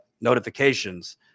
notifications